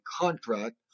contract